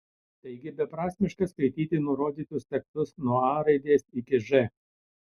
taigi beprasmiška skaityti nurodytus tekstus nuo a raidės iki ž